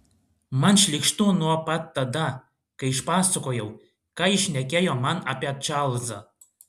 man šlykštu nuo pat tada kai išpasakojau ką jis šnekėjo man apie čarlzą